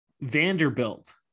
Vanderbilt